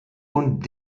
und